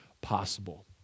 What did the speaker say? possible